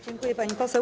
Dziękuję, pani poseł.